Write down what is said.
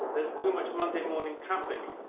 there's too much monday morning traffic.